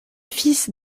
fils